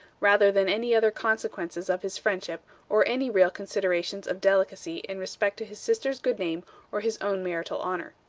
rather than any other consequences of his friendship, or any real considerations of delicacy in respect to his sister's good name or his own marital honor.